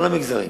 כל המגזרים.